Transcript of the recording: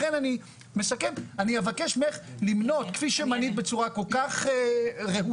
לכן אני אבקש ממך למנות כפי שמנית בצורה כל כך רהוטה